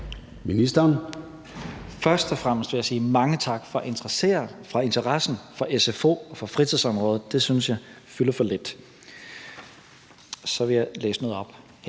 Tesfaye): Først og fremmest vil jeg sige mange tak for interessen for sfo og for fritidsområdet. Det synes jeg fylder for lidt. Så vil jeg læse noget op her.